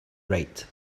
right